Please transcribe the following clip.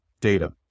data